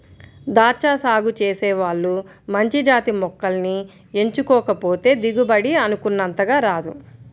దాచ్చా సాగు చేసే వాళ్ళు మంచి జాతి మొక్కల్ని ఎంచుకోకపోతే దిగుబడి అనుకున్నంతగా రాదు